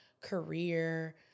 career